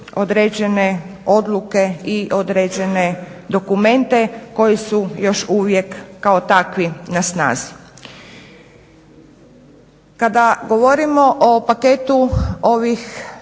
određene odluke i određene dokumente koji su još uvijek kao takvi na snazi. Kada govorimo o paketu ovih